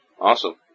Awesome